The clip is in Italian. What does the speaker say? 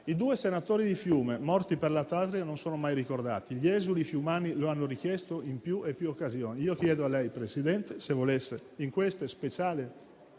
I due senatori di Fiume, morti per la patria, non sono mai ricordati. Gli esuli fiumani lo hanno richiesto in più e più occasioni. Io chiedo a lei, Presidente, se volesse, in questo speciale